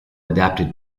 adapted